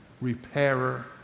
repairer